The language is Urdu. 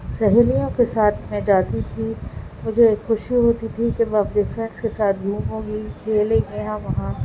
سہیلیوں کے ساتھ میں جاتی تھی مجھے خوشی ہوتی تھی کہ میں اپنے فرینڈس کے ساتھ گھوموں گی کھیلیں گے ہم وہاں